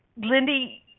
Lindy